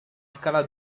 scala